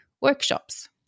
workshops